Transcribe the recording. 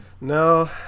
no